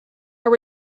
are